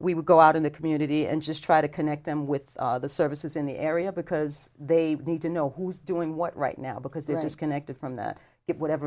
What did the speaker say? we would go out in the community and just try to connect them with the services in the area because they need to know who's doing what right now because they're disconnected from that get whatever